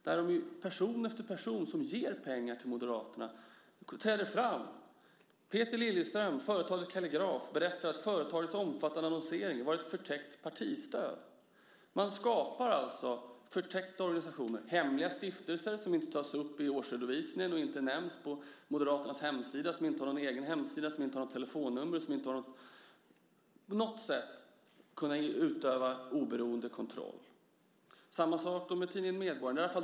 Där har person efter person som ger pengar till Moderaterna trätt fram. Peter Liljeström, företaget Caligraf, berättar att företagets omfattande annonsering varit ett förtäckt partistöd. Man skapar alltså förtäckta organisationer och hemliga stiftelser som inte tas upp i årsredovisningen och inte nämns på Moderaterna hemsida, som inte har någon egen hemsida, som inte har något telefonnummer och där man inte på något sätt kan utöva oberoende kontroll. Det är samma sak med tidningen Medborgaren.